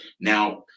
Now